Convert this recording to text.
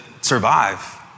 survive